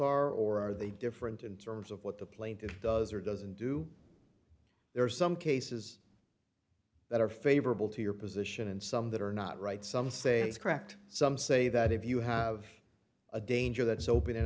are or are they different in terms of what the plaintiff does or doesn't do there are some cases that are favorable to your position and some that are not right some say is correct some say that if you have a danger that is open